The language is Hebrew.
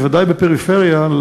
בוודאי לפריפריה,